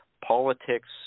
politics